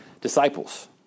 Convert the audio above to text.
disciples